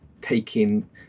taking